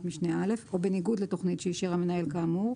משנה (א) או בניגוד לתכנית שאישר המנהל כאמור,